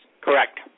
Correct